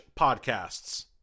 podcasts